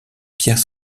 pierre